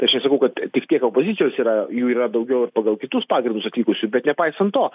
tai aš nesakau kad tik tiek opozicijos yra jų yra daugiau pagal kitus pagrindus atvykusius bet nepaisant to